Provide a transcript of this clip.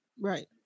Right